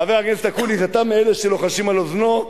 חבר הכנסת אקוניס, אתה מאלה שלוחשים על אוזנו.